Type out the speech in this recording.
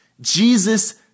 Jesus